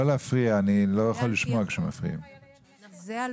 חשוב